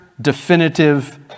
definitive